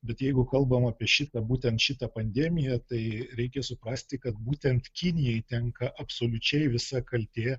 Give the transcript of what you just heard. bet jeigu kalbam apie šitą būtent šitą pandemiją tai reikia suprasti kad būtent kinijai tenka absoliučiai visa kaltė